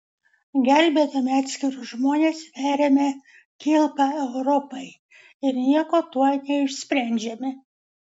gelbėdami atskirus žmones veriame kilpą europai ir nieko tuo neišsprendžiame